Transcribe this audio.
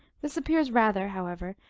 this appears rather, however,